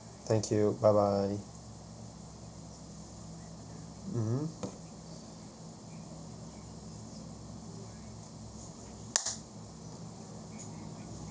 thank you bye bye mmhmm